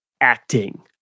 acting